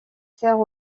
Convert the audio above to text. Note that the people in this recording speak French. sert